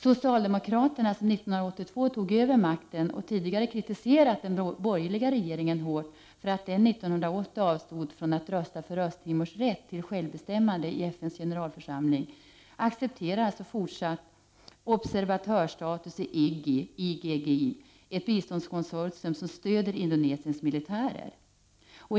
Socialdemokraterna, som 1982 tog över makten och som tidigare hårt kritiserat den borgerliga regeringen för att den 1980 avstod från att i FN:s generalförsamling rösta för Östra Timors rätt till självbestämmande, accepterar alltså fortsatt observatörstatus i IGGI — ett biståndskonsortium som stöder Indonesiens militärer.